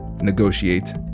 negotiate